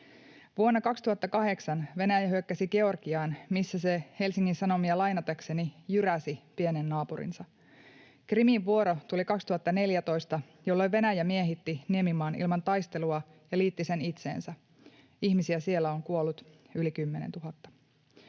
Vuonna 2005 Venäjä hyökkäsi Georgiaan, missä se — Helsingin Sanomia lainatakseni — jyräsi pienen naapurinsa. Krimin vuoro tuli 2014, jolloin Venäjä miehitti niemimaan ilman taistelua ja liitti sen itseensä. Ihmisiä siellä on kuollut yli 10 000.